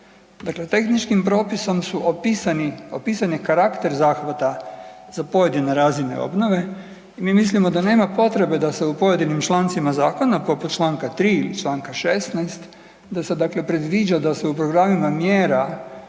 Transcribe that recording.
Dakle, tehničkim propisom su opisani, opisan je karakter zahvata za pojedine razine obnove i mi mislimo da nema potrebe da se u pojedinim člancima zakona, poput čl. 3 ili čl. 16. da se dakle predviđa da se u programima mjera